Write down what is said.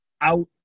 out